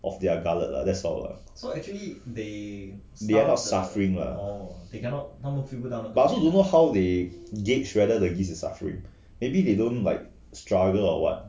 of their gullet lah that's all lah they are not suffering lah but I also don't know how they gauge whether the geese is suffering maybe they don't struggle or what